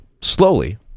slowly